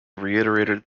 reiterated